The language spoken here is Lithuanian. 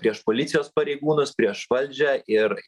prieš policijos pareigūnus prieš valdžią ir